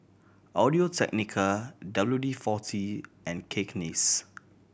Audio Technica W D Forty and Cakenis